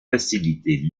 faciliter